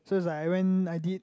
so is like I went I did